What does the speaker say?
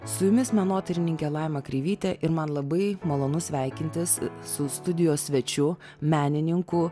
su jumis menotyrininkė laima kreivytė ir man labai malonu sveikintis su studijos svečiu menininku